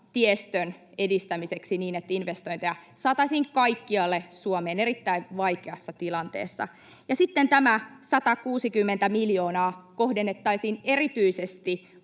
tiestön edistämiseen niin, että investointeja saataisiin kaikkialle Suomeen erittäin vaikeassa tilanteessa. Ja sitten tämä 160 miljoonaa kohdennettaisiin erityisesti